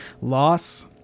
loss